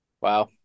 Wow